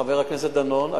חבר הכנסת דנון,